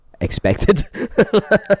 expected